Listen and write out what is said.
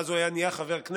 ואז הוא היה הופך לחבר כנסת,